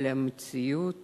אבל המציאות